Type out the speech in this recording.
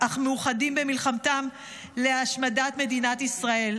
-- אך מאוחדים במלחמתם להשמדת מדינת ישראל.